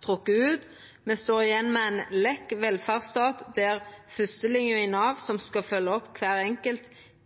ut, og me står igjen med ein lekk velferdsstat, der førstelinja i Nav, som skal følgja opp kvar einskild,